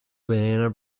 banana